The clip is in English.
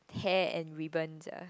hair and ribbons ah